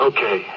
Okay